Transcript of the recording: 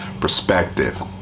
perspective